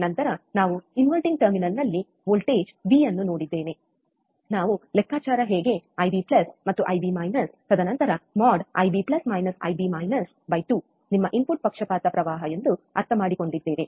ನಂತರ ನಾವು terminal inverting ನಲ್ಲಿ ವಿ ವೋಲ್ಟೇಜ್ ನೋಡಿದ್ದೇನೆ ನಾವು ಲೆಕ್ಕಚಾರ ಹೇಗೆ ಐಬಿ IB ಮತ್ತು ಐಬಿ ತದನಂತರ ಮೋಡ್ ಐಬಿIBಐಬಿ 2 ನಿಮ್ಮ ಇನ್ಪುಟ್ ಪಕ್ಷಪಾತ ಪ್ರವಾಹ ಎಂದು ಅರ್ಥಮಾಡಿಕೊಂಡಿದ್ದೇವೆ